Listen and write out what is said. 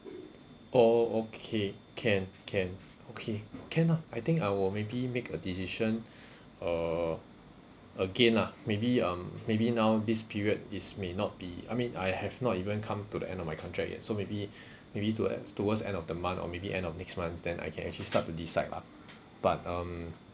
oh okay can can okay can ah I think I will maybe make a decision err again lah maybe um maybe now this period is may not be I mean I have not even come to the end my contract yet so maybe maybe towards towards end of the month or maybe end of next months then I can actually start to decide lah